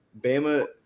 Bama